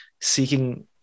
seeking